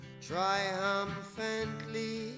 triumphantly